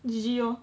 G_G lor